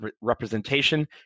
representation